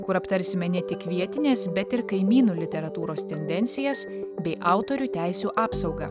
kur aptarsime ne tik vietinės bet ir kaimynų literatūros tendencijas bei autorių teisių apsaugą